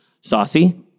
saucy